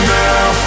now